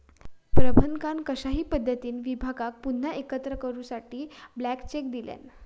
प्रबंधकान कशाही पद्धतीने विभागाक पुन्हा एकत्र करूसाठी ब्लँक चेक दिल्यान